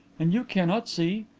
and you cannot see!